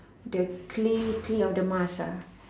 the clay the clay of the mask ah